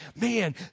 Man